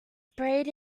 sprayed